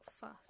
fuss